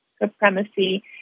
supremacy